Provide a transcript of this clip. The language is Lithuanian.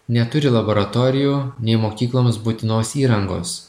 neturi laboratorijų nei mokykloms būtinos įrangos